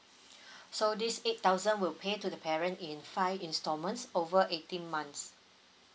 so this eight thousand will pay to the parent in five instalments over eighteen months